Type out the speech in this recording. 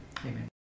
Amen